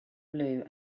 blue